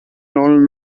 non